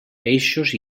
peixos